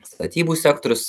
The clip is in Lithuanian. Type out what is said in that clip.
statybų sektorius